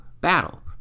battle